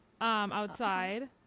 outside